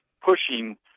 pushing